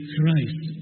Christ